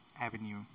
Avenue